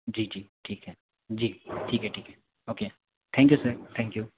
जी जी ठीक है जी ठीक है ठीक है okay thank you sir thank you